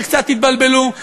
שקצת התבלבלו,